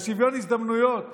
על שוויון הזדמנויות